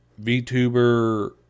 VTuber